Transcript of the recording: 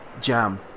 Jam